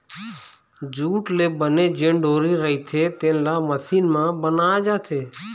jute ले बने जेन डोरी रहिथे तेन ल मसीन म बनाए जाथे